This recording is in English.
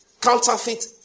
counterfeit